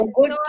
Good